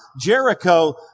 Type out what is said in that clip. Jericho